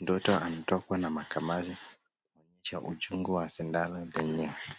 mtoto anatokwa na makamasi kuonyesha uchungu wa sindano {direct}